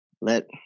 Let